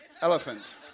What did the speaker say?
Elephant